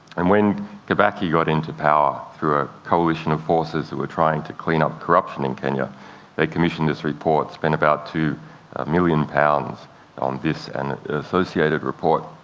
and when kibaki got into power through a coalition of forces that were trying to clean up corruption in kenya they commissioned this report, spent about two million pounds on this and an associated report.